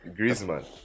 Griezmann